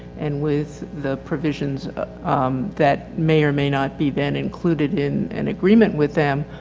and with the provisions that may or may not be then included in an agreement with them.